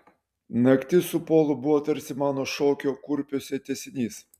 naktis su polu buvo tarsi mano šokio kurpiuose tęsinys